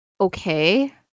okay